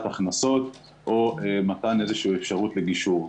הכנסות או מתן איזושהי אפשרות לגישור,